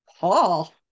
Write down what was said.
Paul